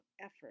effort